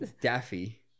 Daffy